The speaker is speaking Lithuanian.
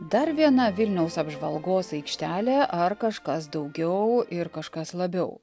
dar viena vilniaus apžvalgos aikštelė ar kažkas daugiau ir kažkas labiau